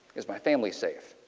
is my family safe.